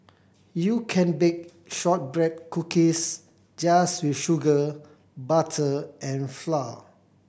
you can bake shortbread cookies just with sugar butter and flour